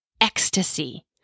ecstasy